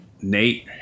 Nate